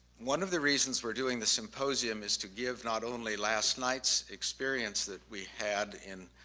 one of the reasons we're doing the symposium is to give not only last night's experience that we had in